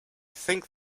think